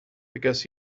because